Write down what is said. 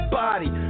body